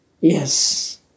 Yes